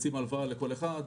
מציעים הלוואה לכל אחד.